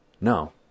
No